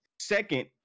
Second